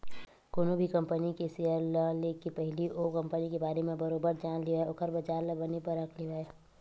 कोनो भी कंपनी के सेयर ल लेके पहिली ओ कंपनी के बारे म बरोबर जान लेवय ओखर बजार ल बने परख लेवय